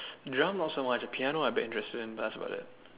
drum also and the piano I'd be interested that's about it